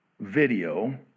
video